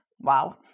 wow